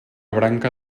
branca